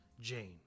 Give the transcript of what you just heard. Jane